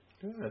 Good